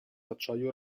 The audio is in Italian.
acciaio